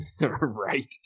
Right